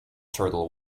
turtle